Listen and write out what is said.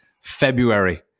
February